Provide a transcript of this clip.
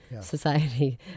society